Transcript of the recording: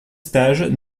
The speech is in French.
stages